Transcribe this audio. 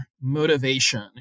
motivation